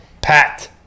PAT